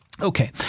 Okay